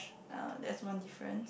uh that's one difference